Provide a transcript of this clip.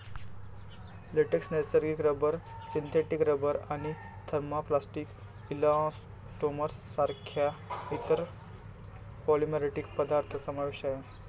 latex, नैसर्गिक rubber, synthetic rubber आणि thermoplastic elastomers सारख्या इतर पॉलिमरिक पदार्थ समावेश आहे